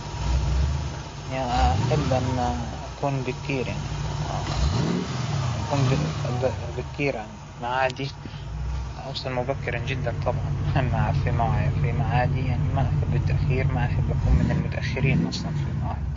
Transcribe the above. أول شى الصلاة، فرض ربى، ثانى شى القهوة، بس أبدأ يومى بفنجان الجهوة حجى، خلاص اليوم ظبط لنهايته الحمد لله، ما فينى أعيش بلا هاى الجهوة، ريحتها أصلا تظبط اليوم كله، هذى أفضل طريقة إنه أول ما بتصحى من النوم بساويلى فنجان الجهوة وخلاص.